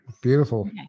beautiful